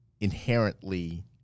inherently